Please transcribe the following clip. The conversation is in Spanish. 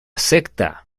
secta